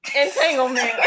entanglement